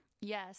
yes